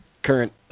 Current